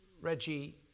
Reggie